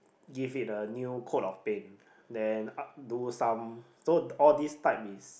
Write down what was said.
give it a new coat of paint then up do some so all this type is